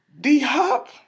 D-Hop